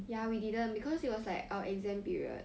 ya we didn't because it was like our exam period